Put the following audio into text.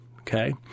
okay